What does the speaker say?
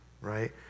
right